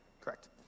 correct